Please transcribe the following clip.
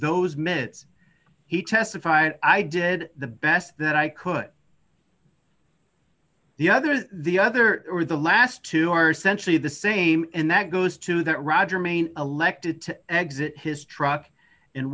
those minutes he testified i did the best that i could the other of the other for the last two or century the same and that goes to that roger mayne elected to exit his truck and